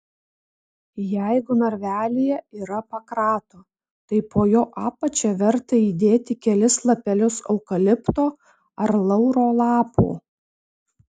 jeigu narvelyje yra pakrato tai po jo apačia verta įdėti kelis lapelius eukalipto ar lauro lapų